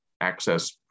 access